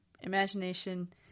imagination